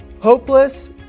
Hopeless